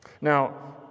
Now